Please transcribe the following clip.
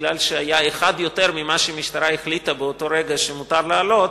ומשום שהיה אחד יותר ממה שהמשטרה החליטה באותו רגע שמותר להם לעלות,